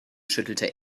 schüttelte